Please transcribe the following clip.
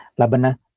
Labana